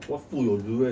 what 付 your durian